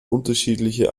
unterschiedliche